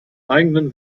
eigenen